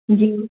جی